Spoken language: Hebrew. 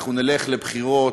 אנחנו נלך לבחירות,